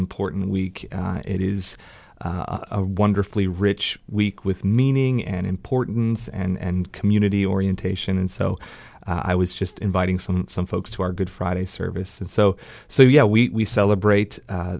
important week it is a wonderfully rich week with meaning and importance and community orientation and so i was just inviting some some folks who are good friday service and so so you know we celebrate